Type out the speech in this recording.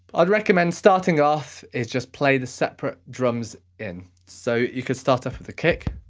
i'd recommend starting off, is just play the separate drums in. so you could start off with a kick.